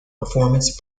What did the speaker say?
performance